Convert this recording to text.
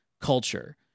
culture